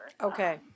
Okay